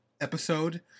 episode